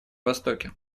востоке